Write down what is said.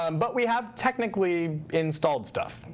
um but we have technically installed stuff.